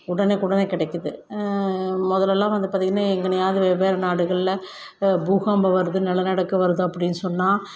உடனுக்குடன் கிடைக்கிது முதலெல்லாம் வந்து பார்த்தீங்கன்னா எங்கேனயாவது வெவ்வேறு நாடுகளில் பூகம்பம் வருது நிலநடுக்கம் வருது அப்படின்னு சொன்னால்